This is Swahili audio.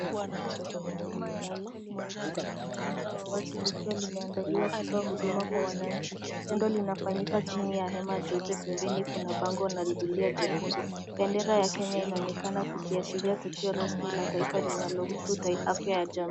Gari la huduma ya afya limeegeshwa kwenye uwanja wa wazi likiwa limeandaliwa kutoa huduma kwa wananchi. Tendo linafanyika chini ya hema jeupe. Pembeni kuna bango na zulia jekundu. Bendera ya Kenya inaonekana ikiashiria tukio rasmi la taifa linalohususu afya ya jamii.